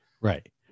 right